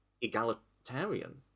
egalitarian